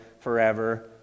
forever